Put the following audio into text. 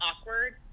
awkward